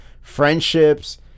friendships